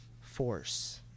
force